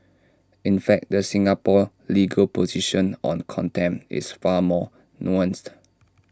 in fact the Singapore legal position on contempt is far more nuanced